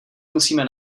musíme